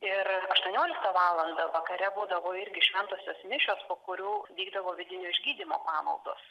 ir aštuonioliktą valandą vakare būdavo irgi šventosios mišios po kurių vykdavo vidinio išgydymo pamaldos